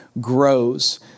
grows